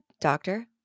doctor